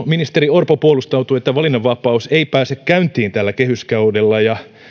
ministeri orpo puolustautui että valinnanvapaus ei pääse käyntiin tällä kehyskaudella ja